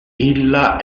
illa